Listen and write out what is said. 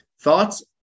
Thoughts